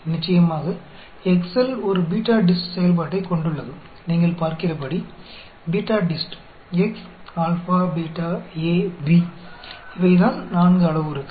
நிச்சயமாக எக்செல் ஒரு BETADIST செயல்பாட்டைக் கொண்டுள்ளது நீங்கள் பார்க்கிறபடி BETADIST x α β A B இவைதான் 4 அளவுருக்கள்